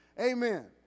Amen